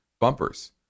bumpers